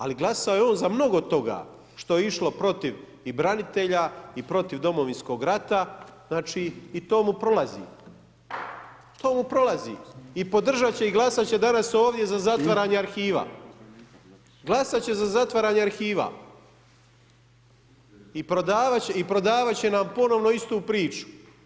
Ali glasao je on za mnogo toga što je išlo protiv i branitelja i protiv Domovinskog rata i to mu prolazi i podržat će i glasat će danas ovdje za zatvaranje arhiva, glasat će za zatvaranje arhiva i prodavat će nam ponovno istu priču.